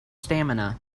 stamina